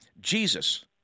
Jesus